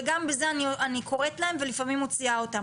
וגם בזה אני קוראת להם ולפעמים מוציאה אותם,